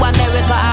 America